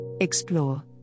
Explore